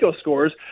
scores